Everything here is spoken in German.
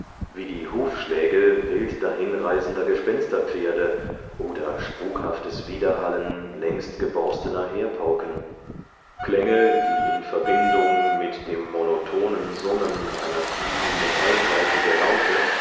wie die hufschläge wild dahinrasender gespensterpferde oder spukhaftes widerhallen längst geborstener heerpauken klänge die in verbindung mit dem monotonen summen einer tiefen metallsaite der laute